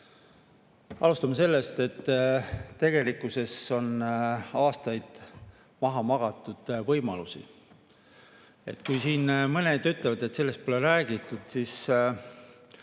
Alustame sellest, et tegelikkuses on aastaid võimalusi maha magatud. Kui siin mõned ütlevad, et sellest pole räägitud, siis